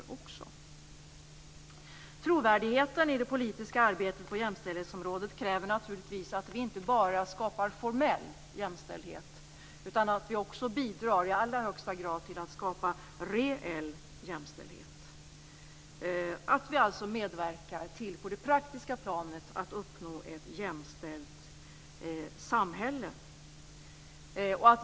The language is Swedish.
Trovärdigheten i det politiska arbetet på jämställdhetsområdet kräver naturligtvis att vi inte bara skapar formell jämställdhet utan att vi också bidrar till att skapa reell jämställdhet, att vi på det praktiska planet medverkar till att uppnå ett jämställt samhälle.